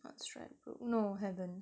north stradbroke no haven't